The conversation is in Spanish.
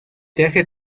traje